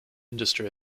industry